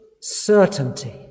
certainty